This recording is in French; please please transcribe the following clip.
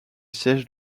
siège